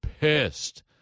pissed